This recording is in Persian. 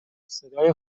صدای